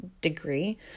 degree